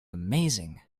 amazing